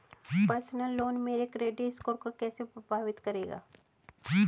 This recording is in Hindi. पर्सनल लोन मेरे क्रेडिट स्कोर को कैसे प्रभावित करेगा?